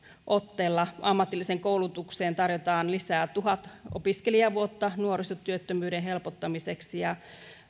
otteella ammatilliseen koulutukseen tarjotaan tuhat opiskelijavuotta lisää nuorisotyöttömyyden helpottamiseksi ja